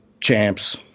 champs